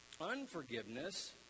Unforgiveness